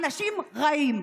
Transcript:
אנשים רעים.